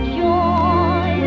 joy